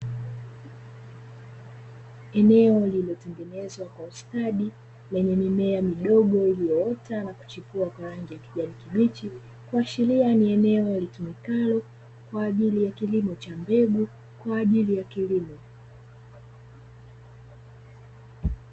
Eneo lililotengenezwa kwa ustadi lenye mimea midogo iliyoota na kuchipua kwa rangi ya kijani kibichi, ikiashiria ni eneo litumikalo kwa ajili ya kilimo cha mbegu kwa ajili ya kilimo.